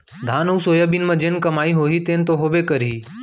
धान अउ सोयाबीन म जेन कमाई होही तेन तो होबे करही